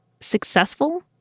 successful